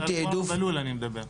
בלול אני מדבר.